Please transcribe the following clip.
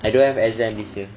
I don't have exam this year